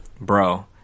Bro